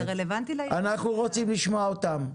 אנחנו רוצים לשמוע אותם,